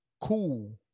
cool